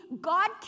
God